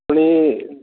आनी